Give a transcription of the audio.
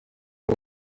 ubu